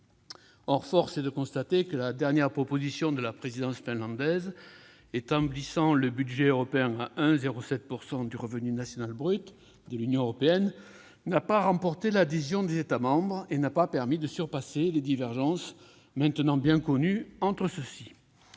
Or force est de constater que la dernière proposition de la présidence finlandaise, établissant le budget européen à 1,07 % du revenu national brut (RNB) de l'Union européenne, n'a pas remporté l'adhésion des États membres et n'a pas permis de surpasser les divergences maintenant bien connues entre ceux-ci.